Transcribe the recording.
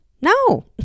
No